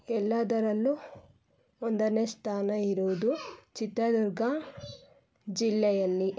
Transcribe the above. ಎಲ್ಲದರಲ್ಲೂ ಒಂದನೇ ಸ್ಥಾನ ಇರೋದು ಚಿತ್ರದುರ್ಗ ಜಿಲ್ಲೆಯಲ್ಲಿ